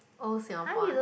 old Singapore ah